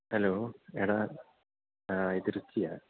hello എടാ ഇത് റിക്കിയാണ്